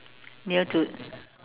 near to